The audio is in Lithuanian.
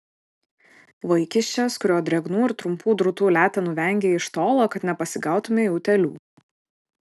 vaikiščias kurio drėgnų ir trumpų drūtų letenų vengei iš tolo kad nepasigautumei utėlių